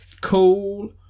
Cool